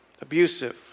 Abusive